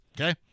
okay